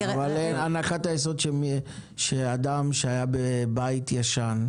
הנחת היסוד שאדם שהיה בבית ישן,